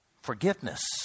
Forgiveness